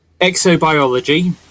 Exobiology